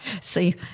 See